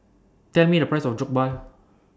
Tell Me The Price of Jokbal